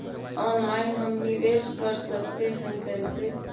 Online हम निवेश कर सकते है, कैसे?